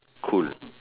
cool